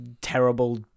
terrible